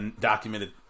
documented